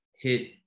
hit